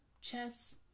chess